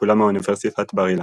כולם מאוניברסיטת בר-אילן.